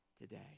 today